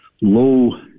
low